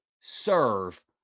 serve